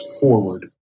forward